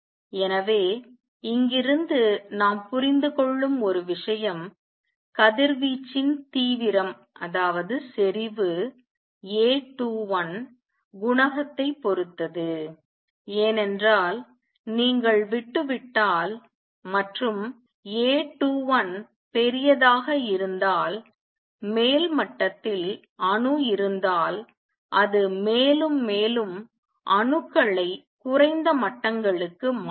எனவே இங்கிருந்து நாம் புரிந்துகொள்ளும் ஒரு விஷயம் கதிர்வீச்சின் தீவிரம் செறிவு A21 குணகத்தைப் பொறுத்தது ஏனென்றால் நீங்கள் விட்டுவிட்டால் மற்றும் A21 பெரிதாக இருந்தால் மேல் மட்டத்தில் அணு இருந்தால் அது மேலும் மேலும் அணுக்களை குறைந்த மட்டங்களுக்கு மாற்றும்